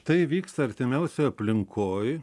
tai vyksta artimiausioje aplinkoj